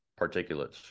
particulates